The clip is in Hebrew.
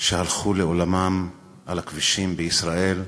שהלכו לעולמם על הכבישים בישראל,